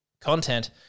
content